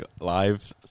live